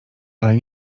ale